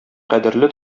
кадерле